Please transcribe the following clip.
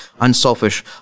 unselfish